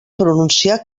pronunciar